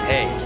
Hey